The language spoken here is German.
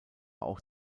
auch